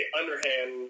underhand